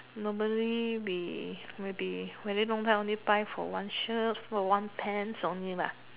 normally we maybe very long time only buy for one shirt for one pants only lah